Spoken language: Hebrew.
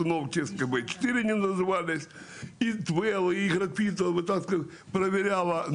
כ-12% נמצאים בטווח הגילאים 50-59,